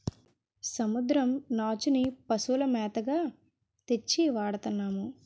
సముద్రం నాచుని పశువుల మేతగా తెచ్చి వాడతన్నాము